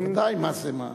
ודאי, מה זה.